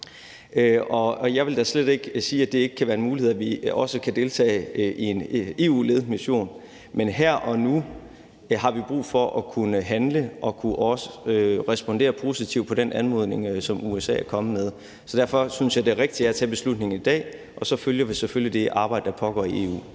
Jeg vil da slet ikke sige, at det ikke kan være en mulighed, at vi også kan deltage i en EU-ledet mission, men her og nu har vi brug for at kunne handle og respondere positivt på den anmodning, som USA er kommet med. Derfor synes jeg, det rigtige er at tage beslutningen i dag. Og så følger vi selvfølgelig det arbejde, der pågår i EU.